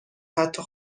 حتی